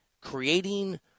creating